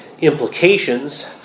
implications